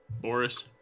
Boris